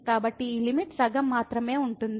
కాబట్టి ఈ లిమిట్ సగం మాత్రమే ఉంటుంది